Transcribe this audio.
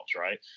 right